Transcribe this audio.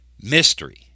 Mystery